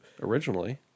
originally